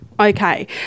Okay